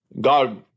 God